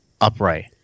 upright